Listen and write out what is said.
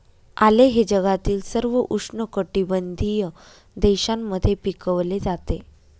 आले हे जगातील सर्व उष्णकटिबंधीय देशांमध्ये पिकवले जाते